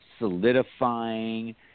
solidifying